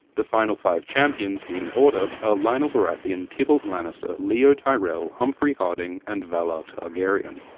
the final five champions, in order, are lyonel baratheon, tybolt lannister, leo tyrell, humfrey hardyng, and valarr targaryen.